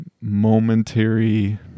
momentary